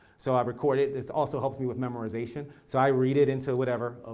so i record it, this also helps me with memorization. so i read it into whatever,